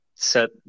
set